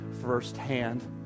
firsthand